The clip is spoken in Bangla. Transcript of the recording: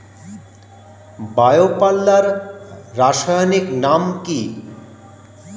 বায়ো পাল্লার রাসায়নিক নাম কি?